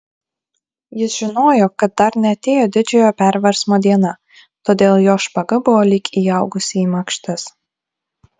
jis žinojo kad dar neatėjo didžiojo perversmo diena todėl jo špaga buvo lyg įaugusi į makštis